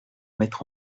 mettre